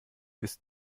ist